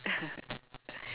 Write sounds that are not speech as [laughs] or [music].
[laughs]